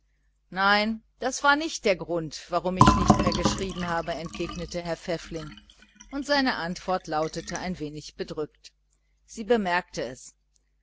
nein das war nicht der grund warum ich nimmer geschrieben habe entgegnete herr pfäffling und seine antwort lautete ein wenig bedrückt sie bemerkte es